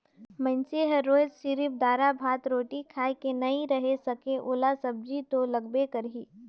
मइनसे हर रोयज सिरिफ दारा, भात, रोटी खाए के नइ रहें सके ओला सब्जी तो लगबे करही